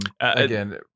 again